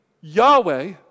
Yahweh